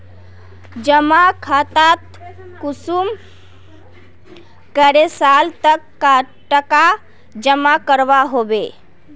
जमा खातात कुंसम करे साल तक टका जमा करवा होबे?